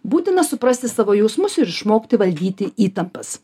būtina suprasti savo jausmus ir išmokti valdyti įtampas